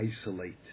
isolate